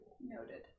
Noted